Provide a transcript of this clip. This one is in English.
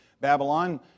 Babylon